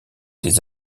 des